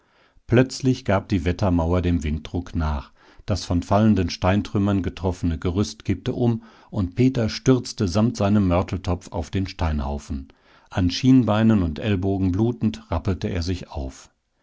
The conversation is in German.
plötzlich gab die wettermauer dem winddruck nach das von fallenden steintrümmern getroffene gerüst kippte um und peter stürzte samt seinem mörteltopf auf den steinhaufen an schienbeinen und ellbogen blutend rappelte er sich auf